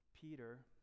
Peter